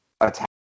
attack